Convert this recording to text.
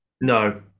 No